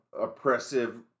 oppressive